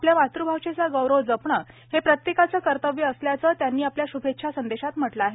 आपल्या मातृभाषेचा गौरव जपणे हे प्रत्येकाचं कर्तव्य असल्याचं म्ख्यमंत्र्यांनी आपल्या श्भेच्छा संदेशात म्हटलं आहे